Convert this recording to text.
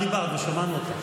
את דיברת ושמענו אותך.